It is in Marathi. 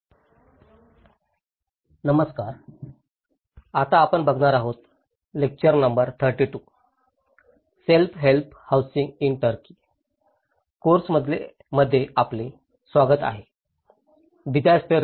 डिसायस्टर रिकव्हरी आणि बिल्ड बॅक बेटर कोर्स मध्ये आपले स्वागत आहे